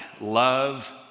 love